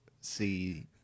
see